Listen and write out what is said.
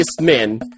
men